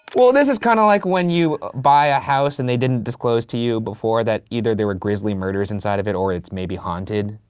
well this kind of like when you buy a house and they didn't disclose to you before that either there were grizzly murders inside of it or it's maybe haunted.